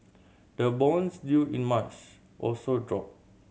the bonds due in March also dropped